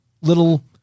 little